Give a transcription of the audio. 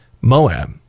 Moab